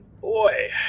Boy